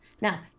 Now